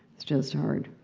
it's just hard.